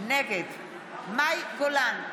נגד מאי גולן,